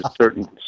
certain